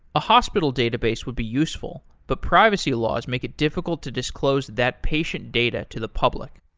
a hospital database would be useful, but privacy laws make it difficult to disclose that patient data to the public.